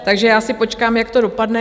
Takže já si počkám, jak to dopadne.